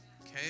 okay